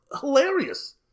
hilarious